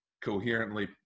coherently